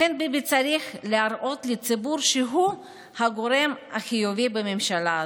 לכן ביבי צריך להראות לציבור שהוא הגורם החיובי בממשלה הזו.